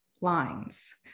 lines